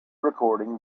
recording